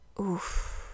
Oof